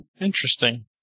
Interesting